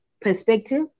perspective